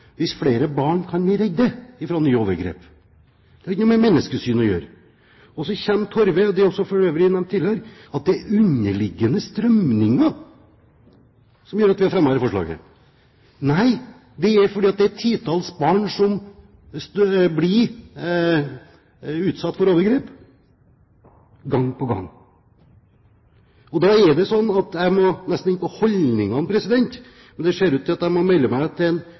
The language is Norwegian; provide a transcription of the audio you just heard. flere barn kan bli reddet fra nye overgrep. Det har ikke noe med menneskesyn å gjøre. Så kommer representanten Torve og sier – det er for øvrig også nevnt tidligere – at det er underliggende «strømninger» som gjør at vi har fremmet dette forslaget. Nei, det er fordi det er titalls barn som blir utsatt for overgrep gang på gang. Da er det slik at jeg nesten må inn på holdningene, men det ser ut til at jeg må melde meg til